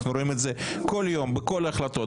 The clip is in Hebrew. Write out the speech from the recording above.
אנחנו רואים את זה כל יום בכל ההחלטות,